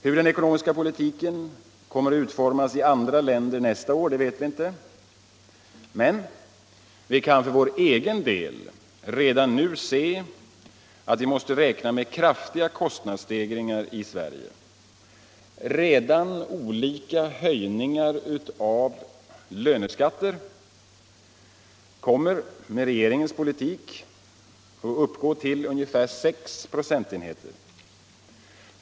Hur den ekonomiska politiken kommer att utformas i andra länder nästa år vet vi inte, men vi kan för vår egen del redan nu se att vi måste räkna med kraftiga kostnadsstegringar i Sverige. Redan olika höjningar av löneskatter kommer med regeringens politik att uppgå till ungefär 6 procentenheter.